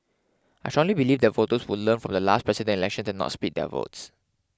I strongly believe that voters would learn from the last Presidential Elections and not split their votes